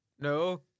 No